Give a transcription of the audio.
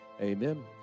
amen